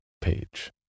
page